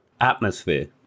atmosphere